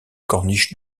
corniche